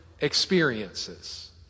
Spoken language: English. experiences